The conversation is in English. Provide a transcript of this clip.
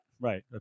right